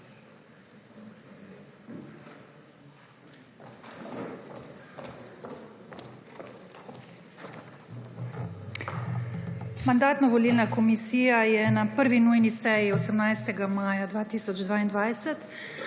Mandatno-volilna komisija je na 1. nujni seji 18. maja 2022